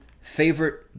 favorite